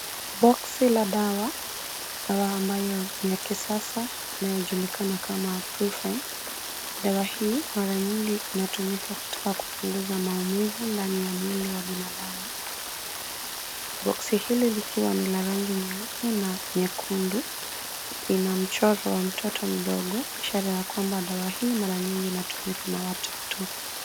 Boksi la dawa, dawa ambayo ni ya kisasa, inayojulikana kama Brufen . Dawa hii mara nyingi inatumika katika kupunguza maumivu ndani ya mwili wa binadamu. Boksi hili likiwa ni la rangi nyeupe na nyekundu, ina mchoro wa mtoto mdogo, ishara ya kwamba dawa hii mara nyingi inatumika na watoto.